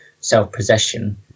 self-possession